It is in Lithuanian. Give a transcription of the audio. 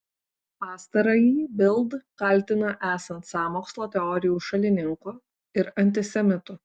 pastarąjį bild kaltina esant sąmokslo teorijų šalininku ir antisemitu